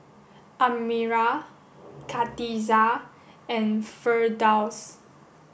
Amirah Khatijah and Firdaus